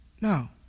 No